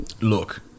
Look